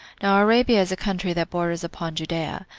now arabia is a country that borders upon judea.